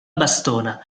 bastona